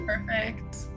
perfect